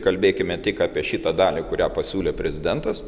kalbėkime tik apie šitą dalį kurią pasiūlė prezidentas